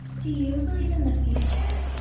do you believe in the future?